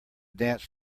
dance